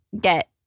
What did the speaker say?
get